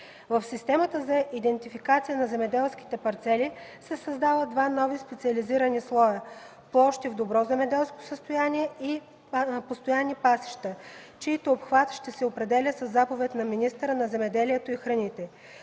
В системата за идентификация на земеделските парцели се създават два нови специализирани слоя – „Площи в добро земеделско състояние” и „Постоянни пасища”, чийто обхват ще се определя със заповед на министъра на земеделието и храните.